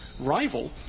rival